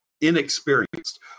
inexperienced